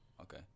Okay